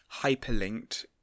hyperlinked